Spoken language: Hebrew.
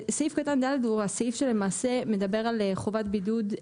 סעיף קטן (ד) הוא הסעיף שלמעשה מדבר על חובת בידוד,